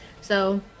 So-